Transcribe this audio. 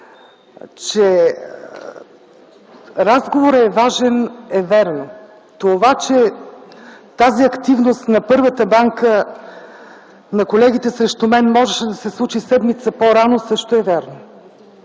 Че разговорът е важен, е вярно. Това, че тази активност на първата банка на колегите срещу мен можеше да се случи седмица по-рано, също е вярно.